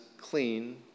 clean